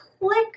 click